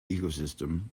ecosystem